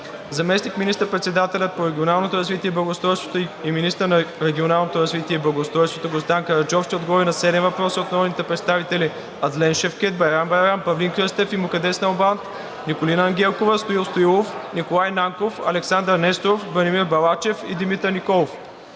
Заместник министър-председателят по регионалното развитие и благоустройството и министър на регионалното развитие и благоустройството Гроздан Караджов ще отговори на седем въпроса от народните представители Адлен Шевкед, Байрам Байрам, Павлин Кръстев и Мукаддес Налбант; Николина Ангелкова; Стоил Стоилов; Николай Нанков; Александър Несторов; Бранимир Балачев и Димитър Николов.